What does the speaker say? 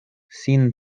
sin